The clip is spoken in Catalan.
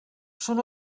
són